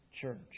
church